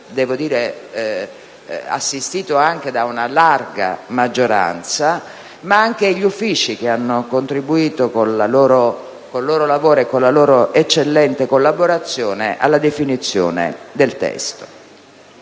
devo dire assistito anche da una larga maggioranza, ma anche gli Uffici, che hanno contribuito con il loro lavoro e con la loro eccellente collaborazione alla definizione del testo.